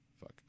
fuck